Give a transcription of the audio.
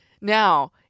Now